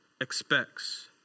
expects